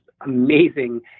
amazing